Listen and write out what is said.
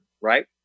right